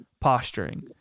posturing